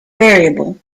variable